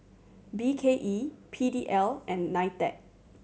B K E P D L and NITEC